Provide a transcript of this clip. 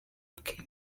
bwe